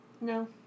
No